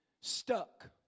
Stuck